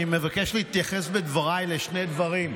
אני מבקש להתייחס בדבריי לשני דברים.